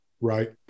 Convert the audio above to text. Right